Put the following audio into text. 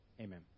Amen